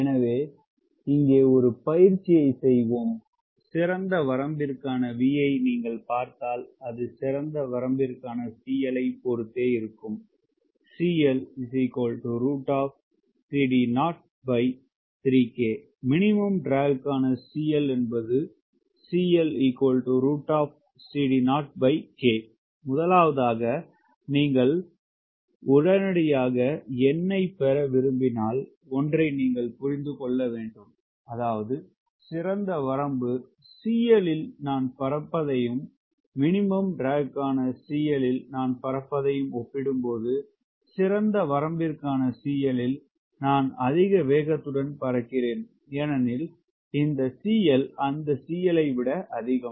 எனவே இங்கே ஒரு பயிற்சியைச் செய்வோம் சிறந்த வரம்பிற்கான V ஐ நீங்கள் பார்த்தால் அது சிறந்த வரம்பிற்காண CL ஐப் பொறுத்தே மினிமம் ட்ரக்க்கான CL என்பது முதலாவதாக நீங்கள் உடனடியாக எண்ணைப் பெற விரும்பினால் ஒன்றை நீங்கள் புரிந்து கொள்ள வேண்டும் அதாவது சிறந்த வரம்பு CL இல் நான் பறப்பதையும் மினிமம் ட்ரக்க்கான CL இல் நான் பறப்பதையும் ஒப்பிடும்போது சிறந்த வரம்பிர்கான CL இல் நான் அதிக வேகத்துடன் பறக்கிறேன் ஏனெனில் இந்த CL அந்த CL ஐ விட அதிகம்